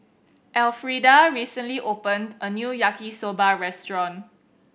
Elfrieda recently opened a new Yaki Soba restaurant